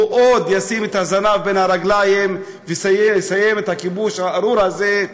הוא עוד ישים את הזנב בין הרגליים ויסיים את הכיבוש הארור הזה,